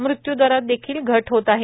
मृत्युदंरात देखील घट होत आहे